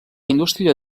indústria